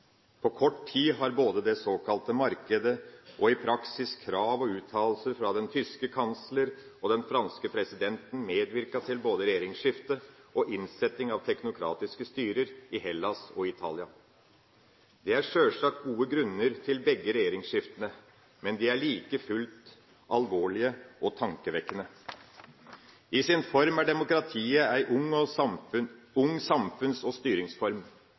På kort tid har både det såkalte markedet og, i praksis, krav og uttalelser fra den tyske kansler og den franske president medvirket til både regjeringsskifter og innsetting av teknokratiske styrer i Hellas og Italia. Det er sjølsagt gode grunner til begge regjeringsskiftene, men de er like fullt alvorlige og tankevekkende. I sin form er demokratiet en ung samfunns- og styringsform,